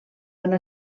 anar